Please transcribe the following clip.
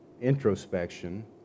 introspection